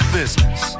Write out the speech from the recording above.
business